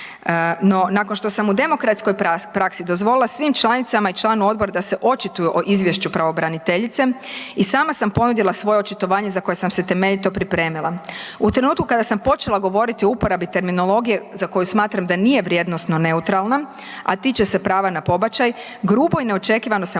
no nakon što sam u demokratskoj praksi dozvolila svim članicama i članu Odbora da se očituju o Izvješću pravobraniteljice, i sama sam ponudila svoje očitovanje za koje sam se temeljito pripremila. U trenutku kada sam počela govoriti o uporabi terminologije za koju smatram da nije vrijednosno neutralna, a tiče se prava na pobačaj grubo i neočekivano sam